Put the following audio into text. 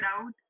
out